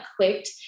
clicked